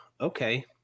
okay